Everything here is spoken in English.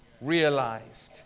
realized